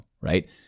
right